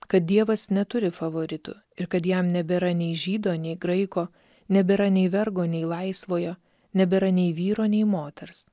kad dievas neturi favoritų ir kad jam nebėra nei žydo nei graiko nebėra nei vergo nei laisvojo nebėra nei vyro nei moters